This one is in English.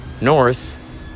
north